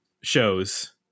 shows